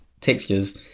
Textures